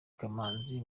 kamanzi